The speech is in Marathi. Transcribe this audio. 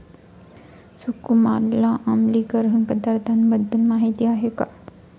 सुकुमारला आम्लीकरण पदार्थांबद्दल माहिती आहे का?